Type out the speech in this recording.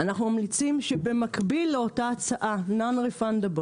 אנחנו ממליצים שבמקביל לאותה הצעה non-refundable